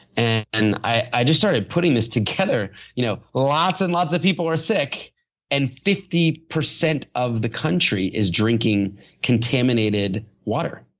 and and i just started putting this together. you know lots and lots of people are sick and fifty percent of the country is drinking contaminated water.